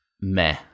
meh